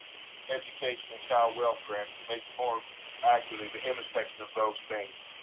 education, and child welfare and make more accurately the intersection of those things.